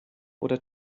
oder